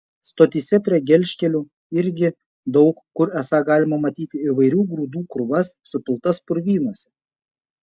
stotyse prie gelžkelių irgi daug kur esą galima matyti įvairių grūdų krūvas supiltas purvynuose